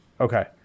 okay